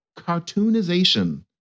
cartoonization